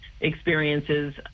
experiences